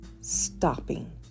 stopping